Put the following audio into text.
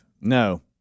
No